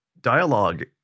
dialogue